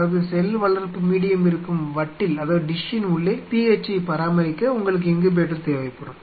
அதாவது செல் வளர்ப்பு மீடியம் இருக்கும் வட்டிலின் உள்ளே pH ஐப் பராமரிக்க உங்களுக்கு இன்குபேட்டர் தேவைப்படும்